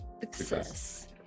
Success